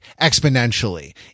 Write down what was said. exponentially